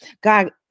God